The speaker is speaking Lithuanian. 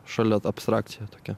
šalia abstrakcija tokia